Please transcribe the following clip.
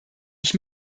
ich